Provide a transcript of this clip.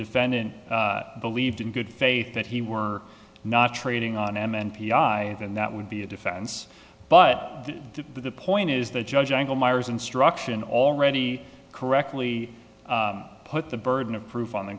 defendant believed in good faith that he were not trading on m m p i and that would be a defense but the point is the judge angle myer's instruction already correctly put the burden of proof on the